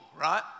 right